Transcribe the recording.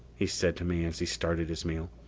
he said to me as he started his meal.